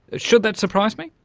should that surprise me?